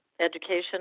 education